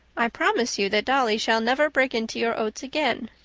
i promise you that dolly shall never break into your oats again.